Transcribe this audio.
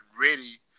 ready